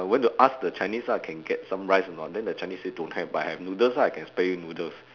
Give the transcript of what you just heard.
went to ask the chinese lah can get some rice or not then the chinese say don't have but I have noodles lah I can spare you noodles